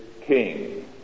king